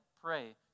pray